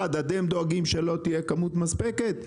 אחד, אתם דואגים שלא תהיה כמות מספקת?